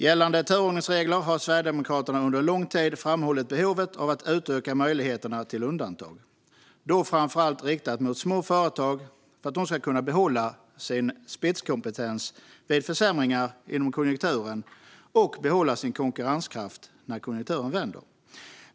Gällande turordningsregler har Sverigedemokraterna under en lång tid framhållit behovet av att utöka möjligheterna till undantag, framför allt riktat till små företag för att de ska kunna behålla sin spetskompetens vid försämringar inom konjunkturen och behålla sin konkurrenskraft när konjunkturen vänder.